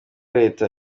leta